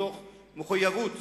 מתוך מחויבות